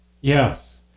Yes